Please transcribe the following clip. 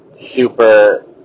super